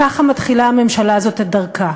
ככה מתחילה הממשלה הזאת את דרכה.